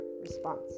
response